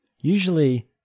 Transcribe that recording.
Usually